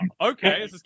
okay